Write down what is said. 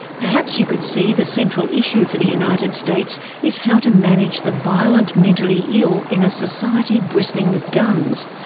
perhaps you could see the central issue for the united states is how to manage the violent mentally ill in a society bristling with guns,